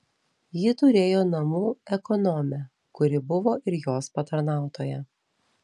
ji turėjo namų ekonomę kuri buvo ir jos patarnautoja